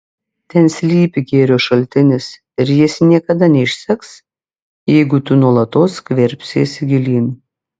ten slypi gėrio šaltinis ir jis niekada neišseks jeigu tu nuolatos skverbsiesi gilyn